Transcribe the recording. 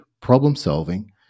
problem-solving